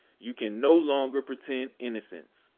you can no longer pretend innocence.